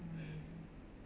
mm